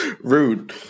Rude